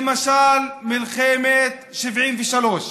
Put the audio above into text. למשל מלחמת 73',